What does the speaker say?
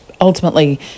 ultimately